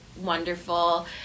wonderful